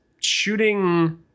shooting